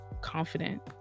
confident